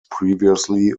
previously